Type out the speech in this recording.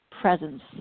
presence